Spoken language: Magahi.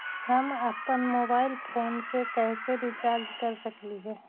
हम अप्पन मोबाईल फोन के कैसे रिचार्ज कर सकली हे?